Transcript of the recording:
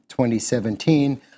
2017